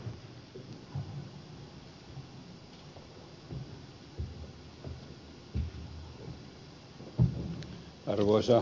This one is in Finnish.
arvoisa puhemies